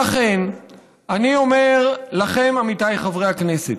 לכן אני אומר לכם, עמיתיי חברי הכנסת,